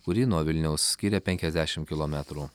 kurį nuo vilniaus skiria penkiasdešimt kilometrų